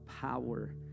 power